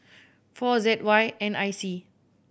four Z Y N I C